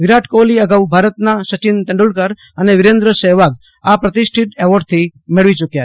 વિરાટ કોહલી અગાઉ ભારતના સચિન તેંદુલકર તથા વીરેન્દ્ર સહેવાગ આ પ્રતિષ્ઠિત એવોર્ડ મેળવી યુક્યા છે